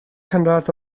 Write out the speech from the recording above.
cynradd